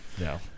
No